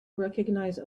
recognize